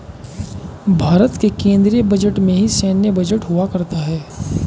भारत के केन्द्रीय बजट में ही सैन्य बजट हुआ करता है